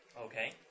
Okay